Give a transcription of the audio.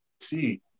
see